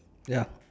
ya